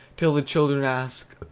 till the children ask,